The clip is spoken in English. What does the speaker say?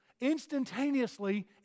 instantaneously